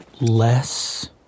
less